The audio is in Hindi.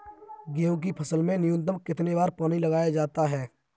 गेहूँ की फसल में न्यूनतम कितने बार पानी लगाया जाता है?